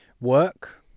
work